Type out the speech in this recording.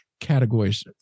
categories